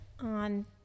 on